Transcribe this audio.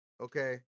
Okay